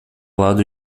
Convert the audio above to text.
lado